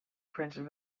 printed